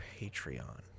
Patreon